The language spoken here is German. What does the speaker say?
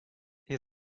ihr